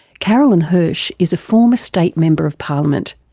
carolyn hirsh is a former state member of parliament.